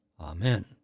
Amen